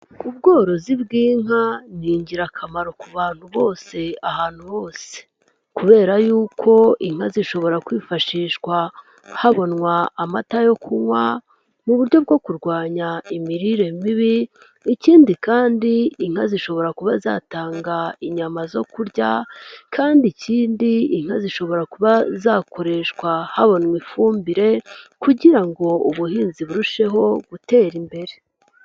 Ubworozi bw'inka ni ingirakamaro ku bantu bose ahantu hose kubera y'uko inka zishobora kwifashishwa habonwa amata yo kunywa mu buryo bwo kurwanya imirire mibi, ikindi kandi inka zishobora kuba zatanga inyama zo kurya, kandi ikindi inka zishobora kuba zakoreshwa habona ifumbire kugira ngo ubuhinzi burusheho gutera imbere.